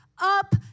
up